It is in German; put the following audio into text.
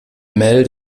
mel